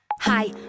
Hi